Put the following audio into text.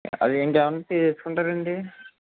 అది ఇంక